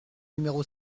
numéro